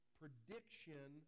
prediction